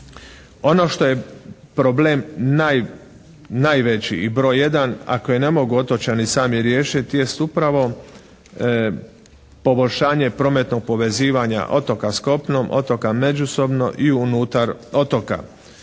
Ono što je problem najveći i broj jedan, ako i ne mogu otočani sami riješiti jest upravo poboljšanje prometnog povezivanja otoka s kopnom, otoka međusobno i unutar otoka.